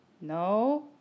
No